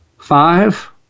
Five